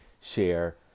share